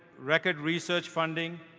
record research funding,